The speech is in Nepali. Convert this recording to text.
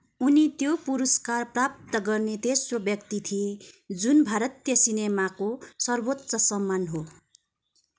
उनी त्यो पुरस्कार प्राप्त गर्ने तेस्रो व्यक्ति थिए जुन भारतीय सिनेमाको सर्वोच्च सम्मान हो